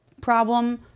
problem